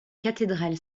cathédrale